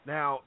Now